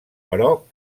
però